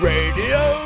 Radio